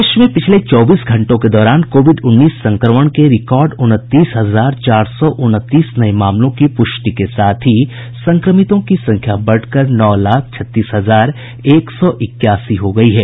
देश में पिछले चौबीस घंटों के दौरान कोविड उन्नीस संक्रमण के रिकॉर्ड उनतीस हजार चार सौ उनतीस नये मामलों की पुष्टि के साथ ही संक्रमितों की संख्या बढ़कर नौ लाख छत्तीस हजार एक सौ इक्यासी हो गई है